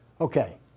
Okay